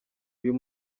uyu